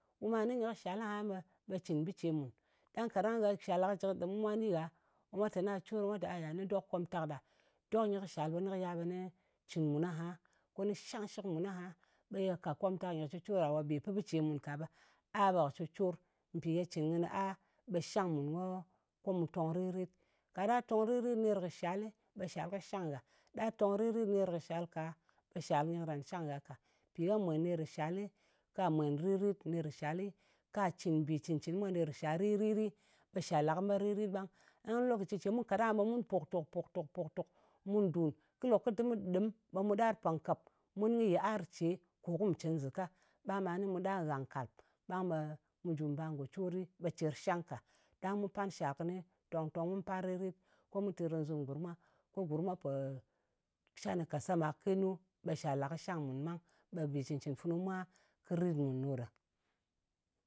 Wu ma nɨ nyɨ kɨ shal aha, ɓe cɨn bɨ ce mùn. Kaɗang ye shal ɗa kɨ jɨ kɨ ɗɨm kwa cor, ɓe mwa lɨ teni ɗok komtak ɗa dok nyɨ kɨ shal ɓe cɨn mùn aha, ko nɨ shang shɨk mun aha. Ɓe ye ka komtak nyɨ cicora, bè pɨn bɨ ce mùn ka, ɓe a ɓe kɨ cucor. Mpì ye cɨn kɨnɨ a, ɓe shang mùn ko mu tong rit-rit. Ka ɗa tong ri-rit ner kɨ shalɨ, ɓe shal kɨ shang ngha. Ɗa tong rit-rit ner kɨ shak la, ɓe shal kɨni karan shang gha ka. Mpì gha mwen ner kɨ shal, kà mwen rit-rit ner kɨ shalɨ, kà cɨn mbì cɨn-cɨn mwa ner kɨ shal rit-rit dɨ, ɓe shal ɗa kɨ met rit-rit ɓang. Ɗang lokaci ce ɓe mu kat aha, ɓe mun pòk-tòk, tòk-tòk, tòk-tòk, mu ɗun. Kɨ lòk kɨ ɗɨm, ɓe mu ɗar pàngkalp mun kɨ yɨar ce ko kum cɨn zɨka. Ɓang ɓa ni mu ɗar pàngkap. Mun kɨ yiar ce ko ku cɨn zɨka. ɓang ɓa ni mu ɗar nghangkalp, ɓe mu jù bar ngò cor mwa, ɓe cìr shang ka. Ɗang mu pan shal kɨni tong-tong, ko mu pan ri-rit, ko mu terkazɨm kɨ gurm mwa, ko gurm mwa pò can kɨ kasama ka ke nu, ɓe shal ɗa kɨ shang mùn ɓang. Ɓe mbì cɨn-cɨn funu mwa rit mùn ɗo ɗa.